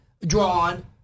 drawn